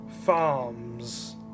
Farms